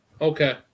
okay